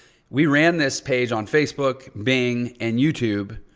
we ran this page on facebook, bing and youtube